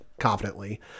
confidently